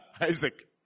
Isaac